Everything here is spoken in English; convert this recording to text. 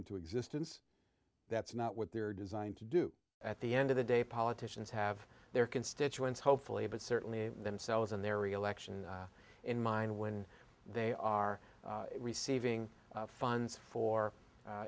into existence that's not what they're designed to do at the end of the day politicians have their constituents hopefully but certainly themselves and their reelection in mind when they are receiving funds